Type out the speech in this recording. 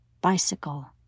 bicycle